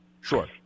Sure